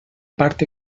part